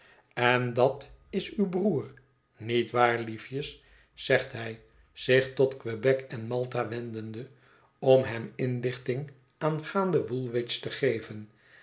en dat is uw broer niet waar liefjes zegt hij zich tot quehec en malta wendende om hem inlichting aangaande woolwich te geven